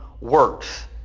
works